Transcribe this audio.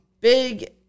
big